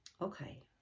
Okay